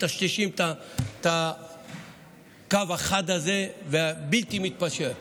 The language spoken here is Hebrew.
מטשטשים את הקו החד והבלתי-מתפשר הזה.